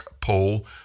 poll